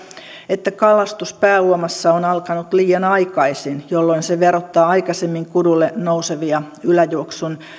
että kalastus pääuomassa on alkanut liian aikaisin jolloin se verottaa aikaisemmin kudulle nousevia yläjuoksun